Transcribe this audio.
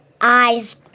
eyes